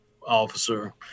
officer